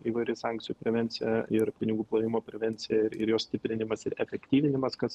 įvairi sankcijų prevencija ir pinigų plovimo prevencija ir ir jos stiprinimas ir efektyvinimas kas